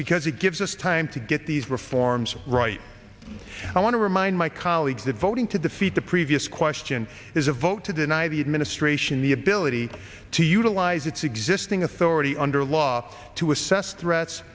because it gives us time to get these reforms right i want to remind my colleagues that voting to defeat the previous question is a vote to deny the administration the ability to utilize its existing authority under law to assess threats